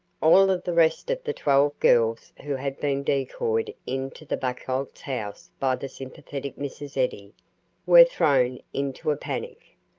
all of the rest of the twelve girls who had been decoyed into the buchholz house by the sympathetic mrs. eddy were thrown into a panic.